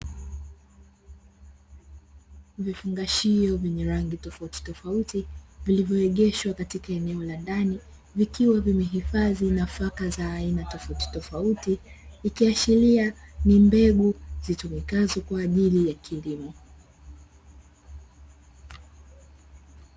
Vifungashio vyenye rangi tofauti tofauti, vilivyoegeshwa katika eneo la ndani, vikiwa vimehifadhi nafaka za aina tofauti tofauti, ikiashiria ni mbegu zitumikazo kwa ajili ya kilimo.